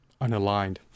unaligned